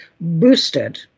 boosted